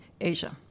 Asia